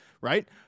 right